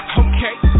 okay